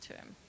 term